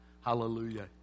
hallelujah